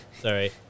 Sorry